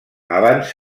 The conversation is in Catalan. abans